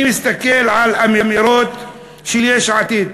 אני מסתכל על אמירות של יש עתיד,